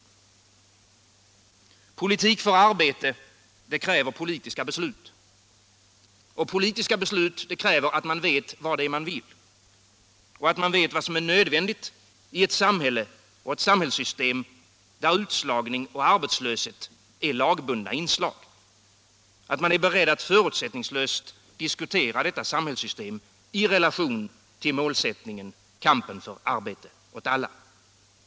Politik för arbete kräver politiska beslut. Politiska beslut kräver att man vet vad man vill. Att man vet vad som är nödvändigt i ett samhälle och ett samhällssystem där utslagning och arbetslöshet är lagbundna inslag. Att man är beredd att förutsättningslöst diskutera detta samhällssystem i relation till målsättningen: kamp för arbete åt alla.